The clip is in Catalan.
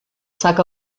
sac